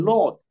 Lord